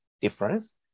difference